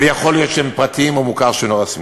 ויכול להיות שהם פרטיים, או מוכר שאינו רשמי,